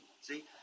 See